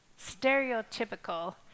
stereotypical